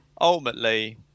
ultimately